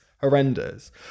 Horrendous